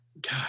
God